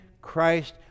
Christ